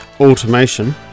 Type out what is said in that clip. automation